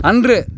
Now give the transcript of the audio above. அன்று